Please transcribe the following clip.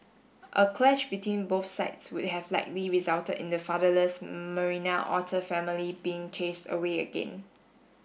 a clash between both sides would have likely resulted in the fatherless Marina otter family being chased away again